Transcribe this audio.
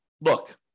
look